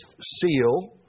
seal